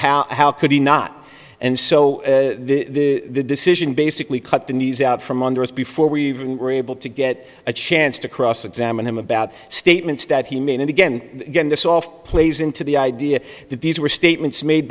how how could he not and so the decision basically cut the knees out from under us before we were able to get a chance to cross examine him about statements that he made and again get this off plays into the idea that these were statements made